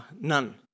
none